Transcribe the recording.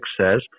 says